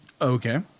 Okay